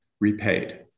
repaid